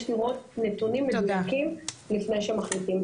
יש נתונים מדויקים לפני שמחליטים.